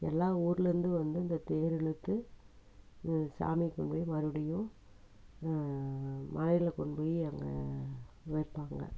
எல்லா ஊர்லேருந்து வந்து இந்த தேர் இழுத்து சாமிக்கு போய் மறுபடியும் மலையில் கொண்டு போய் அங்கே வைப்பாங்க